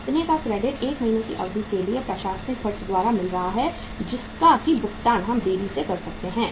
इतने का क्रेडिट 1 महीने की अवधि के लिए प्रशासनिक खर्चा द्वारा मिल रहा है जिसका की भुगतान हम देरी में कर सकते हैं